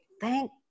thank